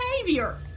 behavior